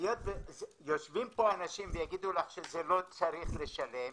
היות ויושבים פה אנשים, ויגידו לך שלא צריך לשלם,